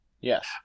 Yes